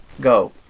go